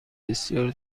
بسیار